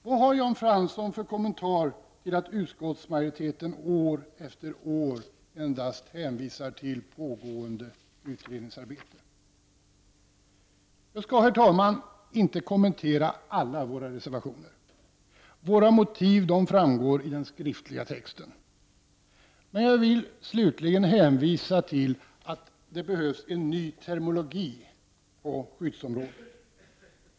Vad har Jan Fransson för kommentar till att utskottsmajoriteten år efter år endast hänvisar till pågående utredningsarbete? Jag skall, herr talman, inte kommentera alla våra reservationer. Våra motiv framgår av texten. Jag vill slutligen betona att det behövs en ny terminologi på skyddsområdet.